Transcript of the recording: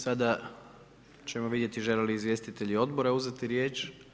Sada ćemo vidjeti žele li izvjestitelji odbora uzeti riječ.